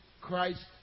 Christ